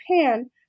Pan